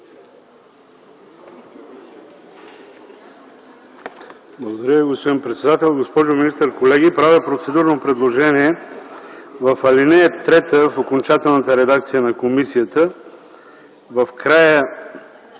Благодаря Ви, господин председател. Госпожо министър, колеги, правя процедурно предложение в ал. 3 в окончателната редакция на комисията,